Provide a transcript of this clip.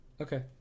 Okay